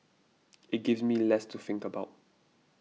it gives me less to think about